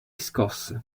scosse